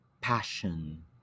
passion